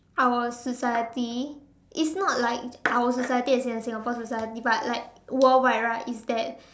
our society it's not like it's our society as in the Singapore society but like worldwide right is that